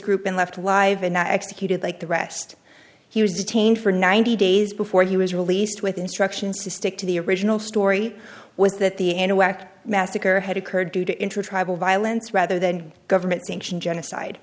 group been left alive and not executed like the rest he was detained for ninety days before he was released with instructions to stick to the original story was that the end of act massacre had occurred due to intertribal violence rather than government sanctioned genocide